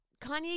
Kanye